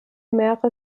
mehrere